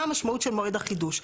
מה המשמעות של מועד החידוש.